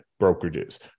brokerages